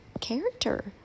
character